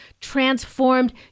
transformed